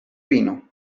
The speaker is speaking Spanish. vino